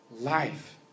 life